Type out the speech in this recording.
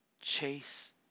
Chase